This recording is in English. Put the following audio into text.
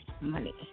money